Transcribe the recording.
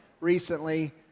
recently